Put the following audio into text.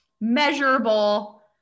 measurable